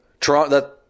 Toronto